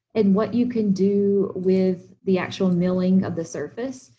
and what you can do with the actual milling of the surface.